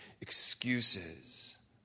excuses